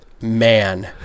Man